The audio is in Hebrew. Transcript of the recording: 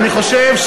אני חושב,